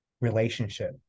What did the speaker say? relationship